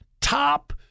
top